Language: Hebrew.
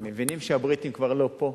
מבינים שהבריטים כבר לא פה,